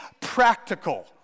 practical